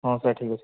ହଁ ସାର୍ ଠିକ୍ ଅଛି